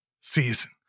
season